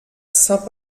saint